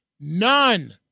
none